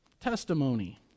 Testimony